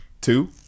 two